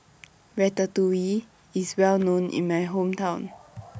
Ratatouille IS Well known in My Hometown